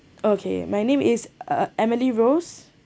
okay my name is uh emily rose